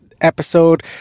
episode